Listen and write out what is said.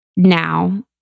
Now